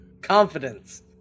Confidence